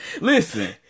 Listen